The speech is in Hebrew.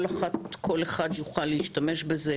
כל אחד יוכל להשתמש בזה,